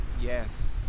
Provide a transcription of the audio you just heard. Yes